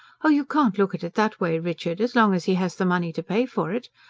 oh, you can't look at it that way, richard. as long as he has the money to pay for it.